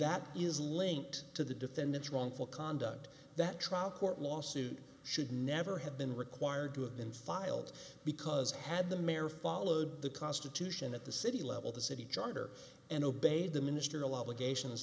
that is linked to the defendant's wrongful conduct that trial court lawsuit should never have been required to have been filed because had the mayor followed the constitution at the city level the city charter and obeyed the ministerial obligations